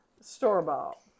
store-bought